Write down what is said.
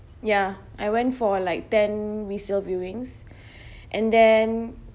ya I went for like ten resale viewings and then